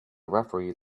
referee